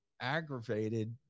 aggravated